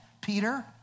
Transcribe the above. Peter